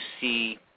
see